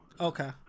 Okay